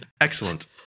Excellent